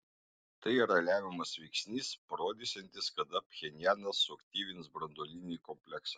tai yra lemiamas veiksnys parodysiantis kada pchenjanas suaktyvins branduolinį kompleksą